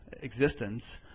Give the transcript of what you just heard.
existence